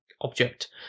object